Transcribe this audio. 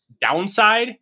downside